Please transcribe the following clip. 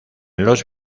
los